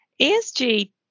ESG